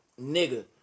nigga